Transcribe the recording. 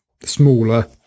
smaller